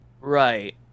Right